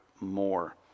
more